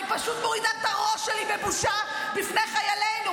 אני פשוט מורידה את הראש שלי בבושה בפני חיילינ,